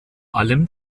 allem